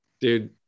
Dude